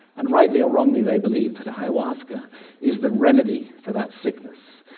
and rightly or wrongly, they believe that ayahuasca is the remedy for that sickness.